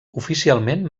oficialment